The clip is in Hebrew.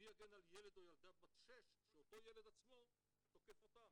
מי יגן על ילד או ילדה בת 6 כשאותו ילד עצמו תוקף אותם?